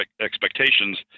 expectations